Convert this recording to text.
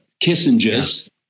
Kissinger's